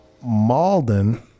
Malden